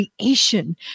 creation